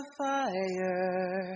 fire